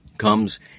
comes